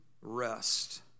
rest